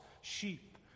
sheep